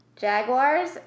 Jaguars